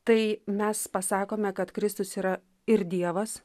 tai mes pasakome kad kristus yra ir dievas